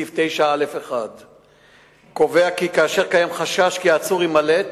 סעיף 9א(1)(א) קובע כי כאשר קיים חשש כי העצור יימלט